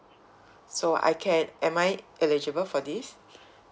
so I can am I eligible for this